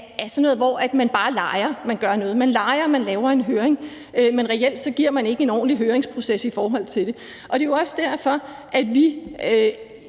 er sådan noget, hvor man bare leger, man gør noget; man leger, at man laver en høring, men reelt giver man ikke en ordentlig høringsproces. Det er jo også derfor, at vi